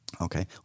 okay